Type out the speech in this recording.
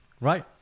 Right